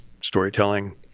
storytelling